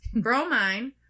bromine